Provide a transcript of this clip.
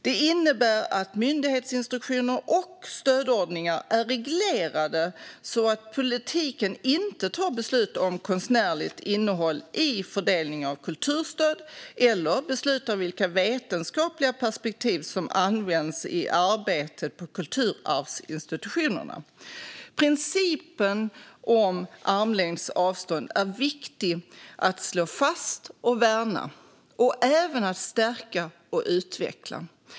Det innebär att myndighetsinstruktioner och stödordningar är reglerade så att politiker inte tar beslut om konstnärligt innehåll i fördelning av kulturstöd eller beslutar vilka vetenskapliga perspektiv som används i arbetet på kulturarvsinstitutionerna. Principen om armlängds avstånd är viktig att slå fast och värna, och även att stärka och utveckla.